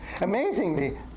amazingly